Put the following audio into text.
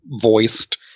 voiced